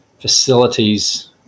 facilities